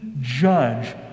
judge